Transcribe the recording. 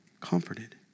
comforted